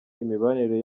imibanire